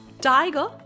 Tiger